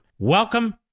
Welcome